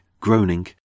groaning